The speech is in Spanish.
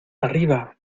arriba